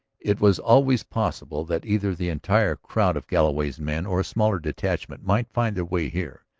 it was always possible that either the entire crowd of galloway's men or a smaller detachment might find their way here.